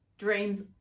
Dreams